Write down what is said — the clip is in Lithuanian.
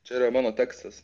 čia yra mano tekstas